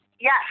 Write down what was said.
Yes